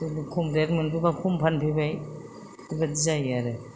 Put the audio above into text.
खम रेट मोनबोबा खम फानफैबाय बेफोरबायदि जायो आरो